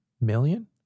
million